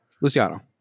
Luciano